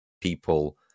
people